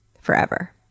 Forever